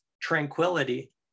tranquility